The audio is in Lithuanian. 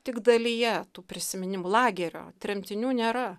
tik dalyje tų prisiminimų lagerio tremtinių nėra